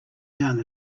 done